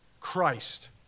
Christ